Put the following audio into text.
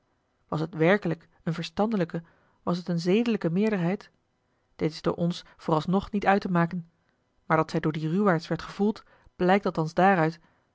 was het werkelijk eene verstandelijke was het eene zedelijke meerderheid dit is door ons vooralsnog niet uit te maken maar dat zij door die ruwaards werd gevoeld blijkt althans daaruit